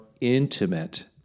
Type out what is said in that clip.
intimate